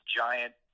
giant